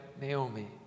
Naomi